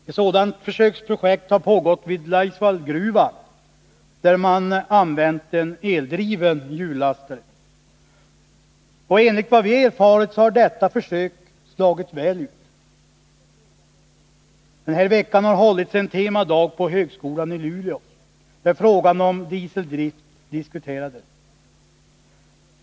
Ett sådant försöksprojekt har pågått vid Laisvallgruvan, där man använt en eldriven hjullastare. Enligt vad vi erfarit har detta försök slagit väl ut. Den här veckan har det hållits en temadag på högskolan i Luleå, där frågan om dieseldrift diskuterades.